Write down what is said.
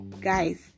guys